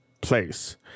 place